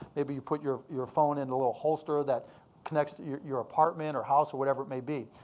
maybe you put your your phone in the little holster that connects your your apartment or house or whatever it may be.